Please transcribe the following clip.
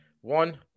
one